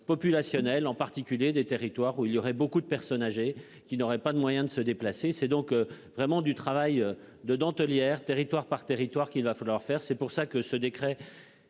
populationnelle en particulier des territoires où il y aurait beaucoup de personnes âgées qui n'aurait pas de moyen de se déplacer. C'est donc vraiment du travail de dentellière, territoire par territoire, qu'il va falloir faire, c'est pour ça que ce décret.